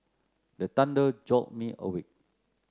the thunder jolt me awake